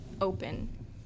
open